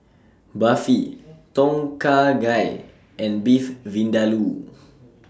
Barfi Tom Kha Gai and Beef Vindaloo